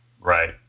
Right